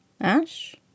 Ash